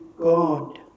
God